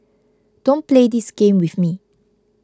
don't play this game with me